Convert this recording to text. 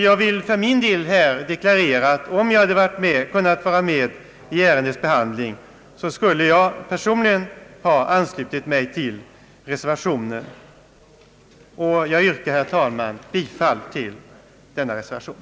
Jag vill för min del deklarera att om jag kunnat vara med vid ärendets behandling skulle jag personligen ha anslutit mig till reservationen. Jag yrkar, herr talman, bifall till denna reservation.